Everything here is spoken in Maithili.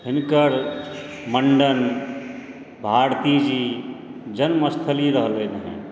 हिनकर मण्डन भारती जी जन्मस्थली रहलनि हँ